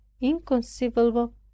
inconceivable